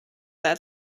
that